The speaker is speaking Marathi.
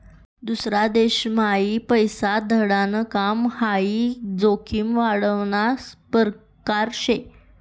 दूसरा देशम्हाई पैसा धाडाण काम हाई जोखीम वाढावना परकार शे